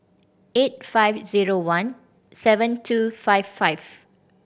eight five zero one seven two five five